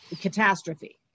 catastrophe